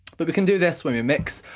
but we can do this when we mix.